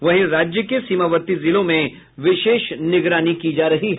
वहीं राज्य के सीमावर्ती जिलों में विशेष निगरानी की जा रही है